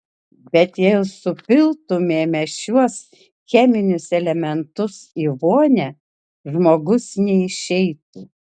bet jei supiltumėme šiuos cheminius elementus į vonią žmogus neišeitų